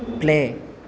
play